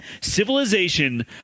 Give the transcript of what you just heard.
civilization